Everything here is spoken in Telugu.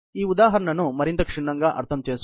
ఈ ఉదాహరణను మరింత క్షుణ్ణంగా అర్థం చేసుకుందాం